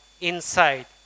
inside